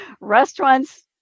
restaurants